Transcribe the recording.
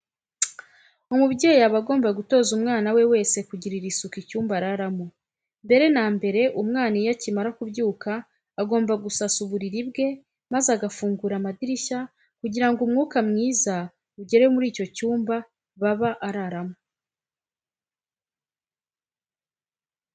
Umubyeyi aba agomba gutoza umwana we wese kugirira isuku icyumba araramo. Mbere na mbere umwana iyo akimara kubyuka agomba gusasa uburiri bwe maze agafungura amadirishya kugira ngo umwuka myiza ugere muri icyo cyumba baba araramo.